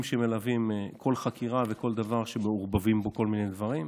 שמלווים כל חקירה וכל דבר שמעורבבים בו כל מיני דברים.